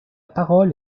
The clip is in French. parole